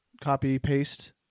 copy-paste